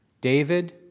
David